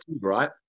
right